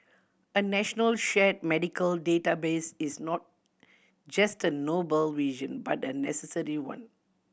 a national shared medical database is not just a noble vision but a necessary one